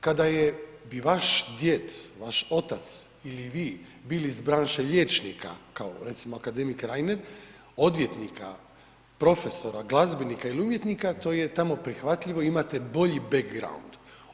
Kada bi vaš djed, vaš otac ili vi bili iz branše liječnika kao recimo akademik Reiner, odvjetnika, profesora, glazbenika ili umjetnika, to je tamo prihvatljivo i imate bolji background.